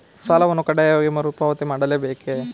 ಸಾಲವನ್ನು ಕಡ್ಡಾಯವಾಗಿ ಮರುಪಾವತಿ ಮಾಡಲೇ ಬೇಕೇ?